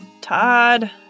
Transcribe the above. Todd